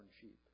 sheep